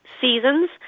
seasons